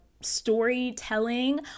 storytelling